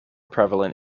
prevalent